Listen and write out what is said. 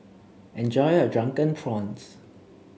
enjoy your Drunken Prawns